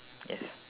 yes